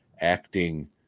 acting